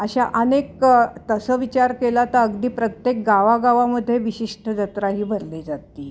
अशा अनेक तसं विचार केला तर अगदी प्रत्येक गावागावामध्ये विशिष्ट जत्रा ही भरली जाते